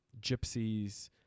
gypsies